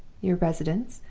your residence,